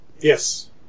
Yes